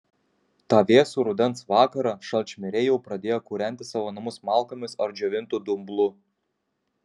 tą vėsų rudens vakarą šalčmiriai jau pradėjo kūrenti savo namus malkomis ar džiovintu dumblu